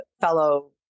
fellow